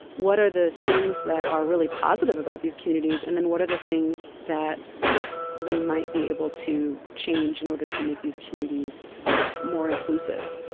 what are the things that are really positive about these counties and then what are the things that we might be able to change in order to make these communities more inclusive.